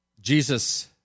Jesus